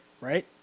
right